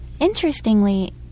interestingly